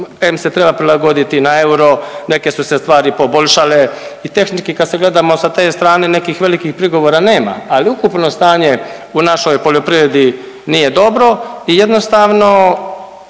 em se treba prilagoditi na euro, neke su se stvari poboljšale i tehnički kad se gledamo sa te strane nekih velikih prigovora nema, ali ukupno stanje u našoj poljoprivredi nije dobro i jednostavno